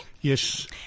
Yes